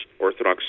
Orthodox